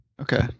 Okay